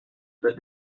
but